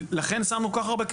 לכן שמנו כל כך הרבה כסף.